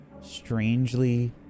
strangely